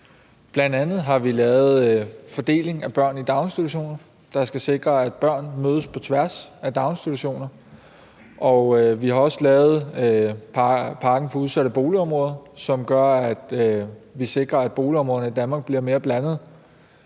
lavet aftale om fordeling af børn i daginstitutioner, der skal sikre, at børn mødes på tværs af daginstitutioner. Vi har også lavet pakken for udsatte boligområder, som gør, at vi sikrer, at boligområderne i Danmark bliver mere blandede.